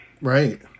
Right